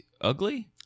ugly